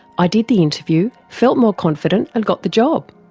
i did the interview, felt more confident, and got the job!